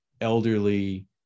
elderly